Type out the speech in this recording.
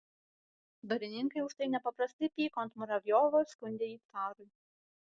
dvarininkai už tai nepaprastai pyko ant muravjovo ir skundė jį carui